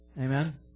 Amen